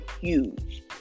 huge